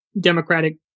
Democratic